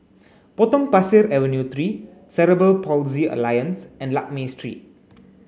Potong Pasir Avenue Three Cerebral Palsy Alliance and Lakme Street